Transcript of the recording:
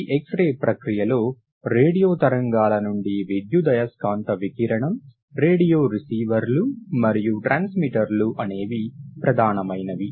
ఈ ఎక్సరే పక్రియలో రేడియో తరంగాల నుండి విద్యుదయస్కాంత వికిరణం రేడియో రిసీవర్లు మరియు ట్రాన్స్మిటర్లు అనేవి ప్రధానమైనవి